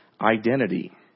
identity